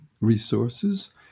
resources